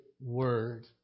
Word